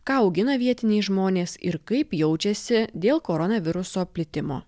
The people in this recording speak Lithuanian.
ką augina vietiniai žmonės ir kaip jaučiasi dėl koronaviruso plitimo